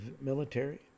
military